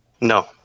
No